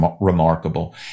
remarkable